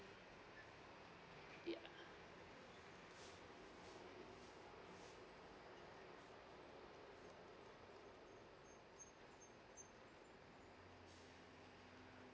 ya